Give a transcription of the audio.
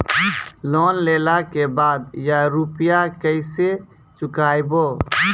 Loan लेला के बाद या रुपिया केसे चुकायाबो?